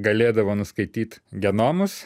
galėdavo nuskaityt genomus